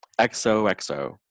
XOXO